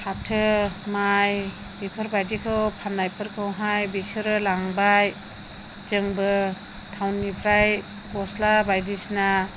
फाथो माइ बेफोरबादिखौ फाननायफोरखौहाय बिसोरो लांबाय जोंबो टाउननिफ्राय गस्ला बायदिसिना